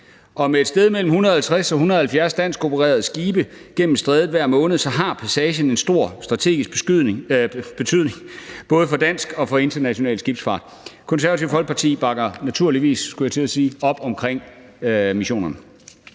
Og med et sted mellem 150 og 170 danskopererede skibe gennem strædet hver måned har passagen en stor strategisk betydning for både dansk og international skibsfart. Det Konservative Folkeparti bakker naturligvis op om missionerne.